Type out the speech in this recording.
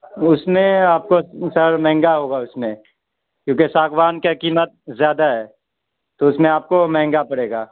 اس میں آپ کو سر مہنگا ہوگا اس میں کیوںکہ ساگوان کا قیمت زیادہ ہے تو اس میں آپ کو مہنگا پڑے گا